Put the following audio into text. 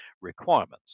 requirements